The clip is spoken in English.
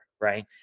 right